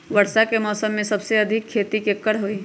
वर्षा के मौसम में सबसे अधिक खेती केकर होई?